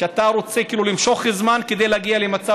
שאתה רוצה כאילו למשוך זמן כדי להגיע למצב